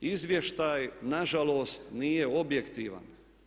Izvještaj na žalost nije objektivan.